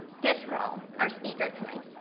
ted rall, our speaker tonight,